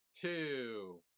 two